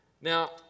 Now